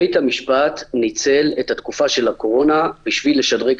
בית המשפט ניצל את התקופה של הקורונה בשביל לשדרג